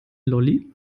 lolli